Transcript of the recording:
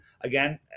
again